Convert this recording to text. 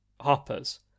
hoppers